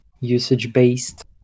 usage-based